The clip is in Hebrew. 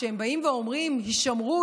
כשהם באים ואומרים: הישמרו,